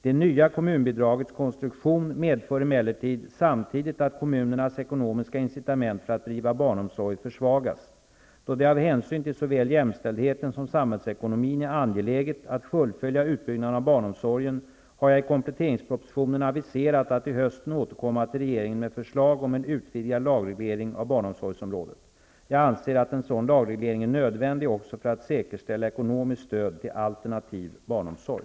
Det nya kommunbidragets konstruktion medför emellertid samtidigt att kommunernas ekonomiska incitament för att bedriva barnomsorg försvagas. Då det av hänsyn till såväl jämställdheten som samhällsekonomin är angeläget att fullfölja utbyggnaden av barnomsorgen, har jag i kompletteringspropositionen aviserat att till hösten återkomma till regeringen med förslag om en utvidgad lagreglering av barnomsorgsområdet. Jag anser att en sådan lagreglering är nödvändig också för att säkerställa ekonomiskt stöd till alternativ barnomsorg.